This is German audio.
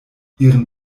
ihren